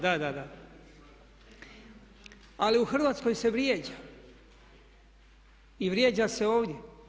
Da, da ali u Hrvatskoj se vrijeđa i vrijeđa se ovdje.